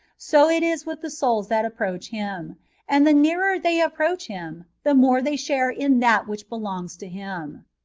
so it is with the souls that approach him and the nearer they approach him, the more they share in that which belongs to him.